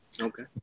Okay